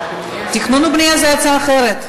תכנון ובנייה זה הצעה אחרת.